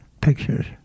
pictures